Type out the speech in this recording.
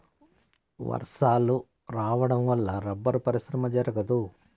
వర్షాలు రావడం వల్ల రబ్బరు పరిశ్రమ జరగదు